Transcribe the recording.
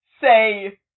say